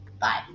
bye